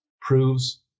proves